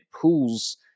Pools